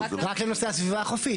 רק לנושא הסביבה החופית.